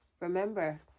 Remember